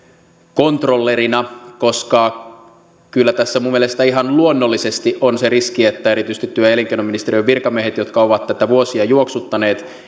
controllerina koska kyllä tässä minun mielestäni ihan luonnollisesti on se riski että erityisesti työ ja elinkeinoministeriön virkamiesten jotka ovat tätä vuosia juoksuttaneet